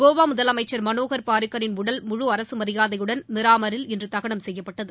கோவா முதலமைச்சர் மனோகர் பாரிக்கரின் உடல் முழு அரசு மரியாதையுடன் மிராமாரில் இன்று தகனம் செய்யப்பட்டது